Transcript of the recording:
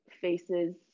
faces